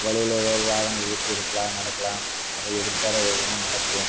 வழியில எதோ ஒரு வாகன விபத்து இருக்கலாம் நடக்கலாம் அதை எதிர்பாராத விதமாக நடக்கும்